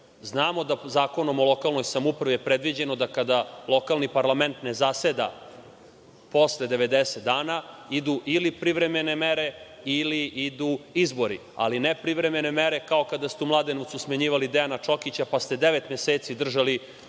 Znamo da po Zakonu o lokalnoj samoupravi je predviđeno da kada lokalni parlament ne zaseda posle 90 dana, idu ili privremene mere ili idu izbori. Ali ne privremene mere kao kada ste u Mladenovcu smenjivali Dejana Čokića, pa ste devet meseci držali